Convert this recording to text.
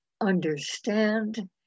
understand